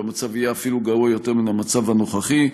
והמצב יהיה אפילו גרוע יותר מן המצב הנוכחי.